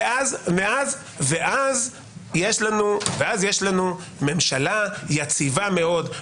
ואז יש לנו ממשלה יציבה מאוד,